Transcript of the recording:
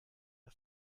ihr